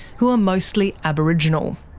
who are mostly aboriginal.